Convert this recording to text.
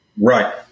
Right